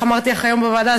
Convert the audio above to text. איך אמרתי לך היום בוועדה,